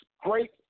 great